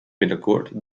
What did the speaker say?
binnenkort